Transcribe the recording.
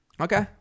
Okay